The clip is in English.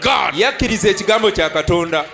God